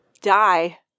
die